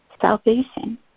salvation